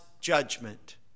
judgment